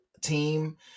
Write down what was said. team